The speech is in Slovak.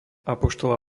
apoštola